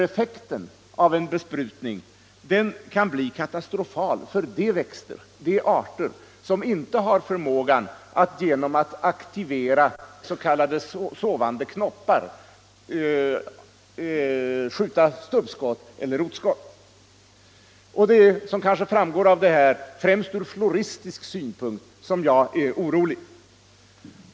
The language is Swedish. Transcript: Effekten av en besprutning kan bli katastrofal för de växter, de arter som inte har förmågan att aktivera s.k. sovande knoppar och skjuta stubbskott eller rotskott. Som kanske framgår är det främst ur floristisk synpunkt som jag är orolig.